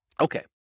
Okay